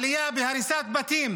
עלייה בהריסת בתים